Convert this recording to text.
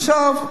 עכשיו,